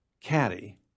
caddy